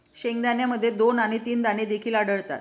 शेंगदाण्यामध्ये दोन आणि तीन दाणे देखील आढळतात